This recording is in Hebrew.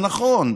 זה נכון.